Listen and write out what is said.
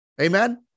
Amen